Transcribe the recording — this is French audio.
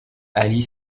allie